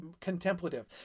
contemplative